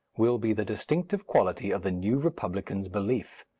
will be the distinctive quality of the new republican's belief.